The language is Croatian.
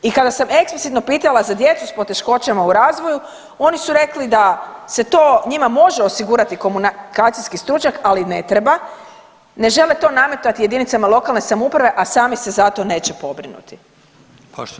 I kada sam eksplicitno pitala za djecu s poteškoćama u razvoju oni su rekli da se to može njima osigurati komunikacijski stručnjak, ali ne treba, ne žele to nametati jedinicama lokalne samouprave, a sami se za to neće pobrinuti.